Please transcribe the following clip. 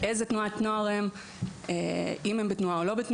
באיזה תנועת נוער הם או אם הם בתנועה כל שהיא או שלא.